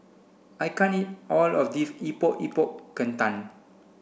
I can't eat all of this Epok Epok Kentang